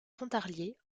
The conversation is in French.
pontarlier